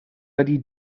ydy